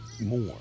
more